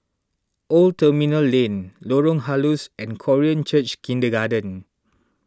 Old Terminal Lane Lorong Halus and Korean Church Kindergarten